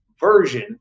version